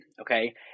Okay